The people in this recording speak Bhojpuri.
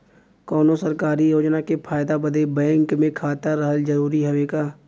कौनो सरकारी योजना के फायदा बदे बैंक मे खाता रहल जरूरी हवे का?